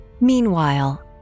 Meanwhile